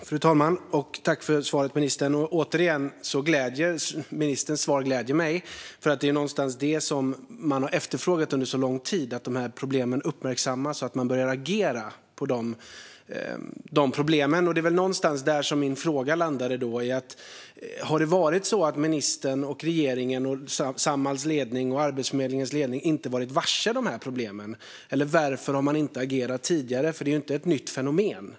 Fru talman! Tack för svaret, ministern! Svaret gläder mig återigen, för det som har efterfrågats under så lång tid är just att de här problemen ska uppmärksammas och att man ska börja agera för att lösa dem. Det var väl någonstans där min fråga landade. Har det varit så att ministern och regeringen, Samhalls ledning och Arbetsförmedlingens ledning inte varit varse de här problemen? Varför har man annars inte agerat tidigare? Det är ju inte ett nytt fenomen.